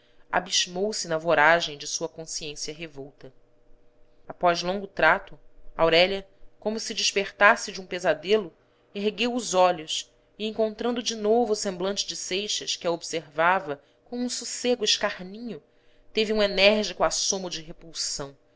eternidade abismou se na voragem de sua consciência revolta após longo trato aurélia como se despertasse de um pesadelo ergueu os olhos e encontrando de novo o semblante de seixas que a observava com um sossego escarninho teve um enérgico assomo de repulsão